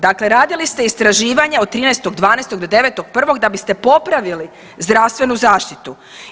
Dakle, radili ste istraživanje od 13.12. do 9.1. da biste popravili zdravstvenu zaštitu.